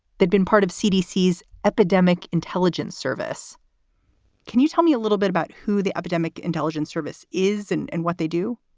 they'd been part of cdc as epidemic intelligence service can you tell me a little bit about who the epidemic intelligence service is and and what they do?